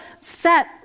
set